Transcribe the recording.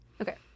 okay